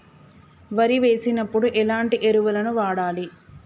వరి వేసినప్పుడు ఎలాంటి ఎరువులను వాడాలి?